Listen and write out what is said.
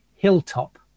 hilltop